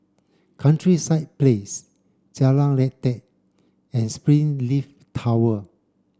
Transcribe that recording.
Countryside Place Jalan Lateh and Springleaf Tower